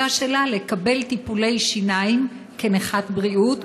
זכותה שלה, לקבל טיפולי שיניים כנכת בריאות,